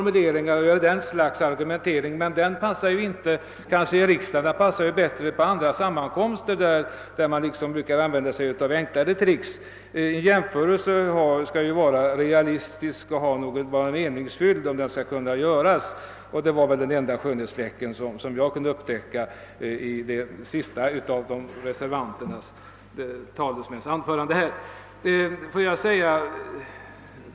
Men slik argumentering passar ju inte i riksdagen — den passar bättre på andra sammankomster där man brukar använda sig av så enkla tricks. En jämförelse skall ju vara realistisk och meningsfylld. Detta var den enda skönhetsfläck jag kunde upptäcka i anförandet av reservanternas sista talesman.